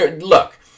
Look